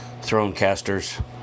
Thronecasters